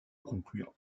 concluante